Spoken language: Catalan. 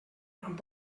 amb